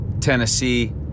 Tennessee